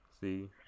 See